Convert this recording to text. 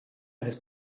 eines